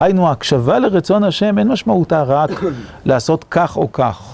היינו הקשבה לרצון ה' אין משמעותה רק לעשות כך או כך.